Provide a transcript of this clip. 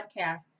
podcasts